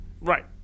Right